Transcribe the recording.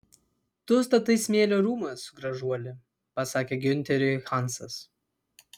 tu statai smėlio rūmus gražuoli pasakė giunteriui hansas